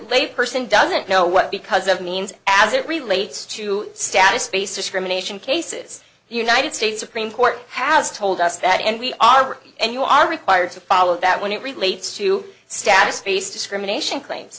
layperson doesn't know what because of means as it relates to status face discrimination cases the united states supreme court has told us that and we are and you are required to follow that when it relates to status face discrimination claims